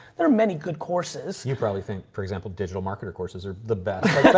there are many good courses. you probably think, for example, digital marketer courses are the best.